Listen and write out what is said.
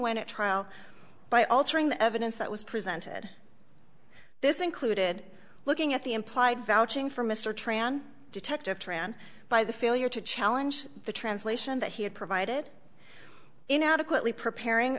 a trial by altering the evidence that was presented this included looking at the implied vouching for mr tran detective tran by the failure to challenge the translation that he had provided inadequately preparing